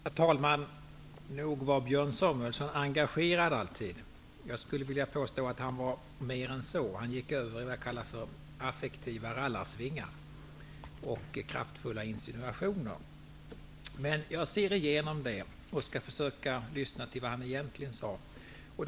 Herr talman! Nog var Björn Samuelson engagerad alltid. Jag skulle vilja påstå att han var mer än så. Han gick över i vad jag kallar affektiva rallarsvingar och kraftfulla insinuationer. Men jag ser igenom det och skall försöka förstå vad han egentligen sade.